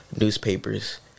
newspapers